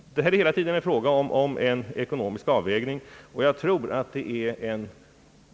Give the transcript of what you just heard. Det är hela tiden fråga om en ekonomisk avvägning.